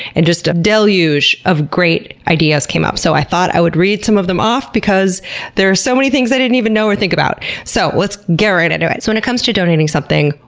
and just a deluge of great ideas came up, so i thought i would read some of them off because there are so many things i didn't even know or think about! so, let's get right into it! when it comes to donating something,